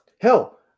hell